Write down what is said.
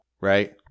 right